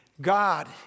God